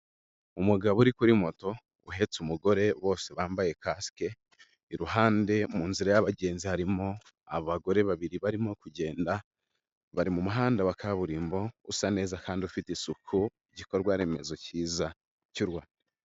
umugabo uri kuri moto uhetse umugore, bose bambaye Kasike, iruhande mu nzira y'abagenzi harimo abagore babiri barimo kugenda, bari mu muhanda wa kaburimbo usa neza kandi ufite isuku, igikorwaremezo kiza cy'u Rwanda.